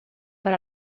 per